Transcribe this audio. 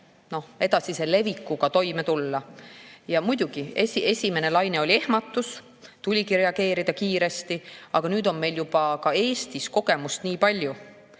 edasise levikuga toime tulla. Muidugi, esimene laine oli ehmatus, tuligi reageerida kiiresti, aga nüüd on meil juba ka Eestis kogemust nii palju,